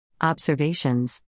observations